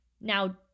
Now